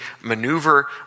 maneuver